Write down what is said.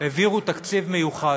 העבירו תקציב מיוחד.